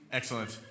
excellent